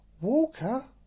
Walker